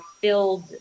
filled